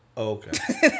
Okay